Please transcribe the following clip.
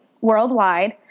worldwide